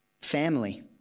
family